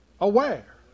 aware